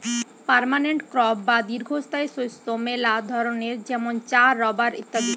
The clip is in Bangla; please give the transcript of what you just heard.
পার্মানেন্ট ক্রপ বা দীর্ঘস্থায়ী শস্য মেলা ধরণের যেমন চা, রাবার ইত্যাদি